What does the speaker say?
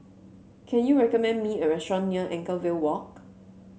can you recommend me a restaurant near Anchorvale Walk